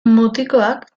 mutikoak